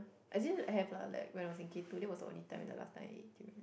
actually have lah like when I was in K two that was the only time and last time that I ate durian